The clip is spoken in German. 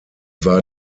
war